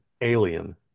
alien